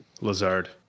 Lazard